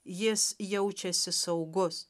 jis jaučiasi saugus